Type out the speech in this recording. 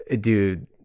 dude